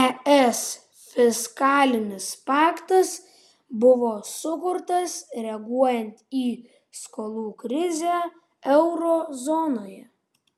es fiskalinis paktas buvo sukurtas reaguojant į skolų krizę euro zonoje